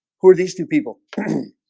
who are these two people?